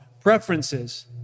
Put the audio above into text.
preferences